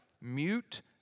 mute